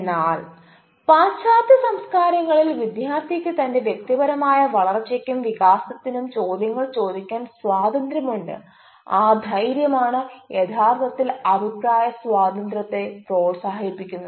എന്നാൽ പാശ്ചാത്യ സംസ്കാരങ്ങളിൽ വിദ്യാർത്ഥിക്ക് തന്റെ വ്യക്തിപരമായ വളർച്ചയ്ക്കും വികാസത്തിനും ചോദ്യങ്ങൾ ചോദിക്കാൻ സ്വാതന്ത്ര്യമുണ്ട് ആ ധൈര്യമാണ് യഥാർത്ഥത്തിൽ അഭിപ്രായ സ്വാതന്ത്ര്യത്തെ പ്രോത്സാഹിപ്പിക്കുന്നത്